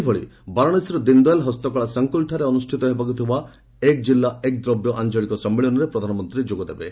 ସେହିଭଳି ବାରାଶାସୀର ଦିନ୍ଦୟାଲ୍ ହସ୍ତକଳା ସଙ୍କୁଲ୍ଠାରେ ଅନୁଷ୍ଠିତ ହେବାକୁ ଥିବା 'ଏକ କିଲ୍ଲା ଏକ ଦ୍ରବ୍ୟ' ଆଞ୍ଚଳିକ ସମ୍ମିଳନୀରେ ପ୍ରଧାନମନ୍ତ୍ରୀ ଯୋଗ ଦେବେ